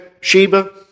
Sheba